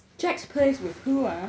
jack's place with who ah